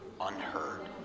unheard